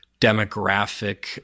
demographic